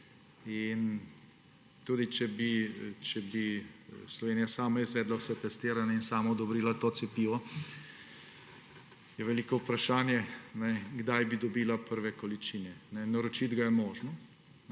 Tudi če bi Slovenija sama izvedla vsa testiranja in sama odobrila to cepivo, je veliko vprašanje, kdaj bi dobila prve količine. Naročiti ga je možno